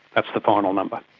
that's the final number.